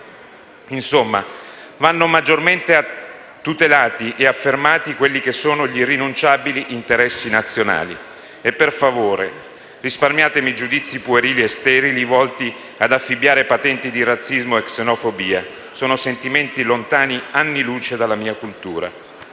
Insomma, vanno maggiormente tutelati e affermati quelli che sono gli irrinunciabili interessi nazionali. E, per favore, risparmiatemi i giudizi puerili e sterili, volti ad affibbiare patenti di razzismo e xenofobia: sono sentimenti lontani anni luce dalla mia cultura.